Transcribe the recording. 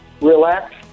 relax